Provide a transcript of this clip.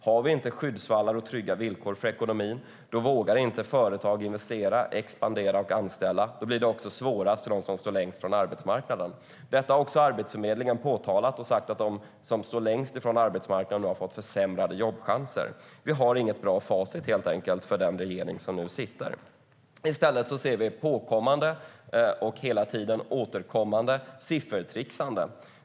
Om vi inte har skyddsvallar och trygga villkor för ekonomin vågar inte företag investera, expandera och anställa. Då blir det också svårast för dem som står längst från arbetsmarknaden. Detta har också Arbetsförmedlingen påtalat och sagt att de som står längst från arbetsmarknaden nu har fått försämrade jobbchanser. Vi har inget bra facit, helt enkelt, för den regering som nu sitter.I stället ser vi ett påkommande och återkommande siffertricksande.